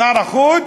שר החוץ,